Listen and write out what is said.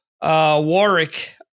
Warwick